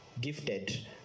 gifted